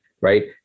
right